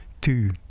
Two